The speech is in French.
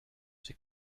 ces